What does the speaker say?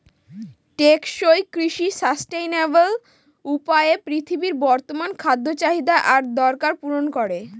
টেকসই কৃষি সাস্টেইনাবল উপায়ে পৃথিবীর বর্তমান খাদ্য চাহিদা আর দরকার পূরণ করে